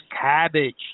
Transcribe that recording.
cabbage